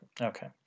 Okay